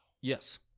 Yes